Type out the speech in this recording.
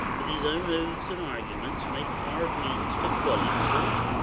with his own oaths, and arguments, make hard means to gull himself?